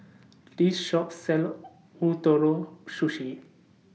This Shop sells Ootoro Sushi